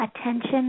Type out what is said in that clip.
attention